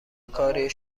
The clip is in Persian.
کاری